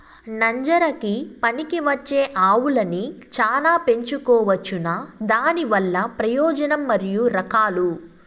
నంజరకి పనికివచ్చే ఆవులని చానా పెంచుకోవచ్చునా? దానివల్ల ప్రయోజనం మరియు రకాలు?